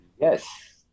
Yes